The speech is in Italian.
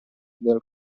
del